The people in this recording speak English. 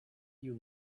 you